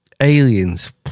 Aliens